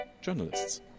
journalists